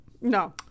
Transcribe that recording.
no